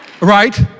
Right